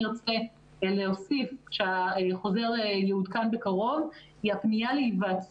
אני מבקש, לפני שאני פותח את הדיון שלנו, להתייחס